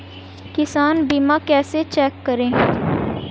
किसान बीमा कैसे चेक करें?